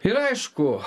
ir aišku